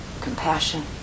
compassion